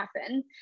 happen